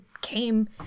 came